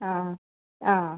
അ അ